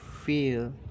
feel